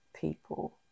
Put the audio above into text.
people